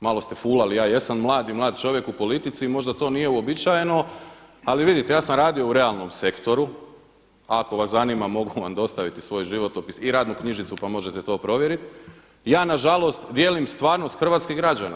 Malo ste fulali ja jesam mlad i mlad čovjek u politici i možda to nije uobičajeno ali vidite ja sam radio u realnom sektoru, ako vas zanima mogu vam dostaviti svoj životopis i radnu knjižicu pa možete to provjeriti, ja nažalost dijelim stvarnost hrvatskih građana.